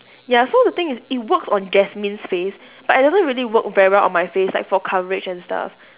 ya so the thing is it works on jasmine's face but it doesn't really work very well on my face like for coverage and stuff